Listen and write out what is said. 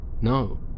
no